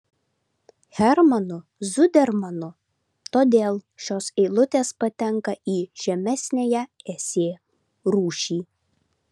hermanu zudermanu todėl šios eilutės patenka į žemesniąją esė rūšį